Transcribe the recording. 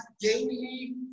daily